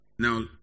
Now